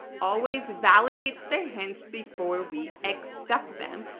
always validates the hints before we accept them.